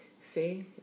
See